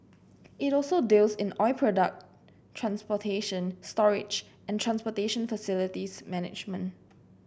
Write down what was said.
it also deals in oil product transportation storage and transportation facilities management